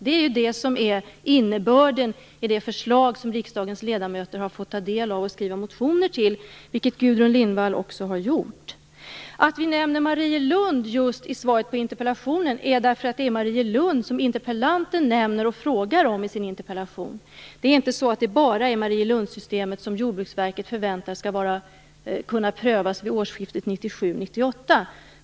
Det är ju det som är innebörden i det förslag som riksdagens ledamöter har fått ta del av och skriva motioner till, vilket Gudrun Lindvall också har gjort. Att vi nämner Marielund just i svaret på interpellationen beror på att det är Marielund som interpellanten nämner och frågar om i sin interpellation. Det är inte bara Marielundssystemet som Jordbruksverket förväntar skall kunna prövas vid årsskiftet 1997-98.